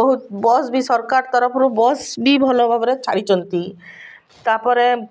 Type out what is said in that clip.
ବହୁତ ବସ୍ ବି ସରକାର ତରଫରୁ ବସ୍ ବି ଭଲ ଭାବରେ ଛାଡ଼ିଛନ୍ତି ତାପରେ